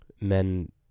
men